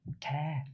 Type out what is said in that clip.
care